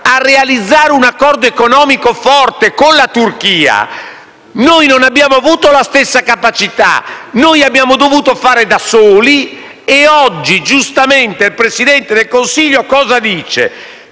a realizzare un accordo economico forte con la Turchia, noi non abbiamo avuto la stessa capacità, ma abbiamo dovuto fare da soli. Oggi giustamente il Presidente del Consiglio chiede